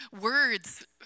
words